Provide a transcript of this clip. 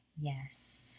Yes